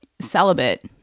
celibate